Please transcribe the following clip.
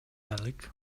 аралык